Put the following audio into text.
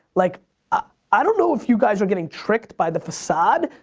like ah i don't know if you guys are getting tricked by the facade.